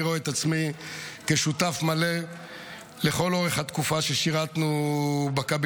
אני רואה את עצמי כשותף מלא לאורך כל התקופה ששירתנו בקבינט.